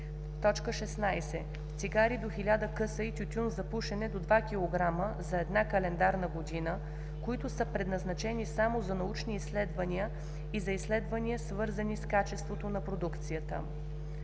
16. цигари до 1000 къса и тютюн за пушене до 2 кг за една календарна година, които са предназначени само за научни изследвания и за изследвания, свързани с качеството на продукцията.“;